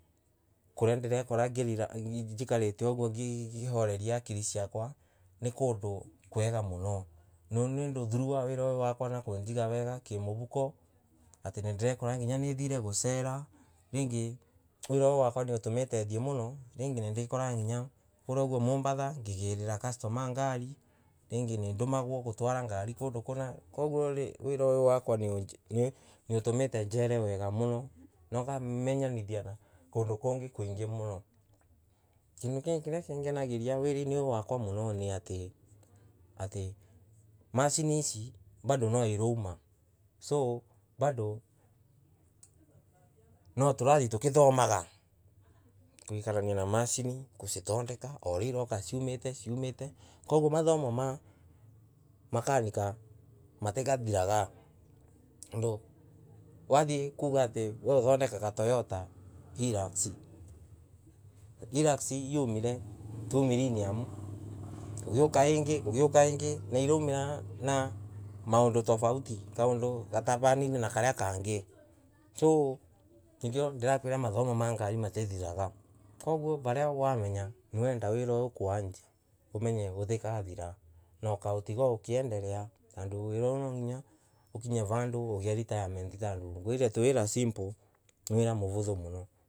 Kuria ndirekora njikarite uguo ngiroreria akili ciakwa ni kundu kwega muno nondu wa uyu wakwa na kumbiga wega kimuvuka atii nirekora nginya nithire gucera ringi wira uyu wakwa niutumite nthii muno ringi ndikoraga nginya kuria uguo Mombasa nyigirira customer ngari ringi nindomagwa gutwara ngari kondu kunakogwo wira uyu wakwa niutumite njere wega muno na ukamenyanithia na kondu kwingi muno. Kindu kingi kiria kingenagiriaa wirari uyuu wakwa ni atii atii machine icii bado noirauma koguo noturathie tukithomaga guikarania na machine, gucithendeka oohuria ciroka ciumite koguo mathamo ma makanika matithiraga tondu wathii kuga uthondekaga Toyota, Hilux, Hilux niyumire two millennium, gugioka ingi, gugioka ingi na iraumira na maundu tofauti kaundu gataranene na karia kangi nikyo nirakwira mathomo ma ngari matithiraga koguo riria wamenya niurenda wira uyuu kuwanjia umenye utikathira na ugautiga ukiendelea tondu wira uyuu ninginya ukinye vandu ugie retirement ngwirire ni wira simple ni wira morotho muno.